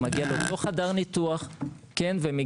הוא מגיע לאותו חדר ניתוח,